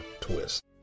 Twist